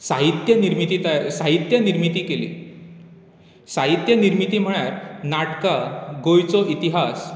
साहित्य निर्मीती तयार साहित्य निर्मीती केली साहित्य निर्मीती म्हळ्यार नाटकां गोंयचो इतिहास